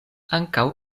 ankaŭ